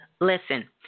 Listen